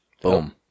Boom